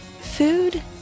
Food